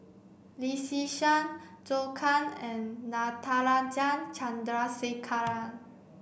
Lee Yi Shyan Zhou Can and Natarajan Chandrasekaran